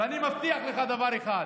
ואני מבטיח לך דבר אחד: